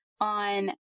on